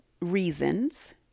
reasons